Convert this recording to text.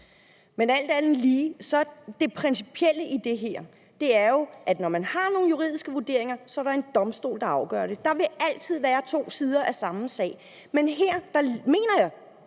Alt andet lige er det principielle i det her jo, at når man har nogle forskellige juridiske vurderinger, er der en domstol, der afgør det. Der vil altid være to sider af samme sag. Men her mener jeg